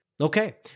Okay